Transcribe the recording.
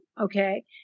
Okay